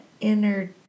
inner